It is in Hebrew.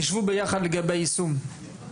שבו ביחד לגבי היישום.